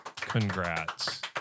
congrats